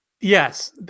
Yes